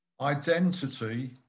identity